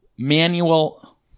Manual